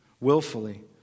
willfully